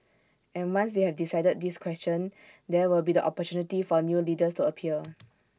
and once they have decided this question there will be the opportunity for new leaders to appear